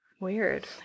Weird